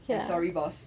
I'm sorry boss